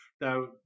now